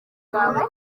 bwawe